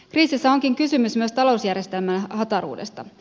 kriisissä onkin kysymys myös talousjärjestelmän hataruudesta